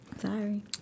Sorry